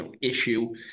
issue